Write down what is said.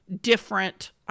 different